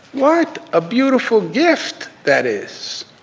what a beautiful gift that is.